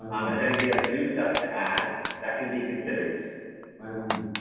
um and if anybody has new stuff to add that can be considered my when